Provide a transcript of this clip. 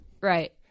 right